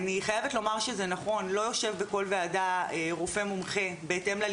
אני חייב לומר שזה נכון שלא יושב בכל ועדה רופא מומחה בהתאם לליקוי.